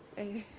a